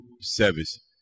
service